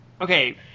Okay